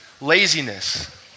Laziness